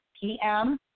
PM